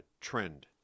trend